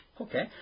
Okay